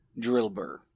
Drillbur